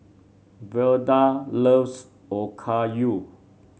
Velda loves Okayu